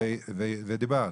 ודיברת,